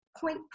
point